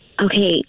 Okay